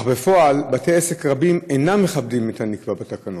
אך בפועל בתי עסק רבים אינם מכבדים את הנקבע בתקנות.